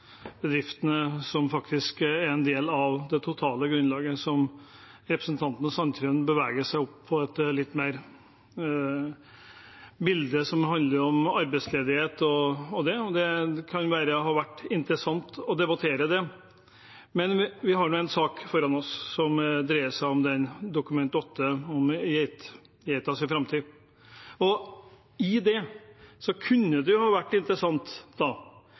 samvirkebedriftene, som faktisk er en del av det totale grunnlaget. Representanten Sandtrøen beveger seg litt mer mot et bilde som handler om arbeidsledighet og slikt, og det kan være at det hadde vært interessant å debattere det. Men vi har nå en sak foran oss som dreier seg om et Dokument 8-forslag om geitas framtid. Det er interessant hvis vi går til det skrittet at vi bortimot skal instruere foredlingsbedriftene og foredlingsindustrien eid av landbruket selv – for det